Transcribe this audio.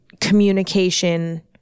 communication